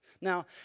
Now